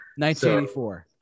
1984